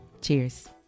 Cheers